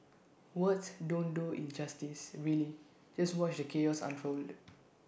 words don't do IT justices really just watch the chaos unfold